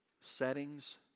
settings